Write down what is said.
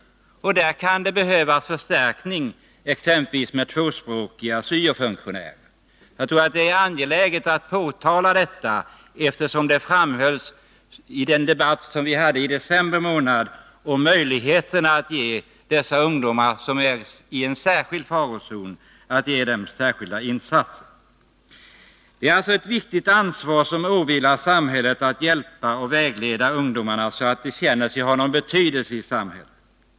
För dessa kan det behövas en förstärkning, exempelvis genom tvåspråkiga syo-funktionärer. Det är angeläget att framhålla detta. I debatten i december månad betonades ju vikten av att speciella insatser görs för de ungdomar som befinner sig i en särskild farozon. Det är alltså ett stort ansvar som åvilar samhället — det gäller att hjälpa och vägleda ungdomarna, så att de känner att de har en betydelse i samhället.